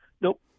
Nope